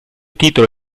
titolo